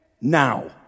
Now